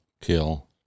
kill